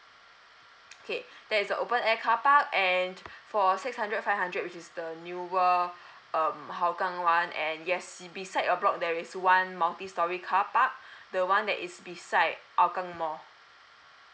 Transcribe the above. okay there's a open air carpark and for six hundred five hundred which is the newer um hougang one and yes is beside your block there is one multi storey carpark the one that is beside hougang mall